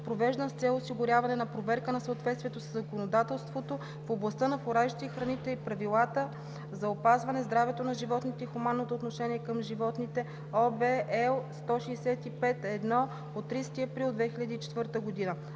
провеждан с цел осигуряване на проверка на съответствието със законодателството в областта на фуражите и храните и правилата за опазване здравето на животните и хуманното отношение към животните (OB, L 165/1 от 30 април 2004 г.).